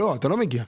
אתה לא מגיע.